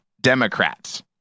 Democrats